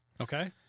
Okay